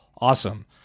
awesome